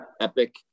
epic